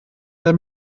der